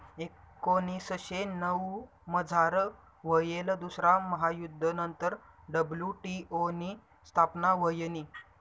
एकोनीसशे नऊमझार व्हयेल दुसरा महायुध्द नंतर डब्ल्यू.टी.ओ नी स्थापना व्हयनी